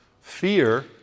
fear